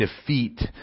defeat